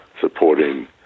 supporting